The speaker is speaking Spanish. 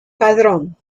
padrón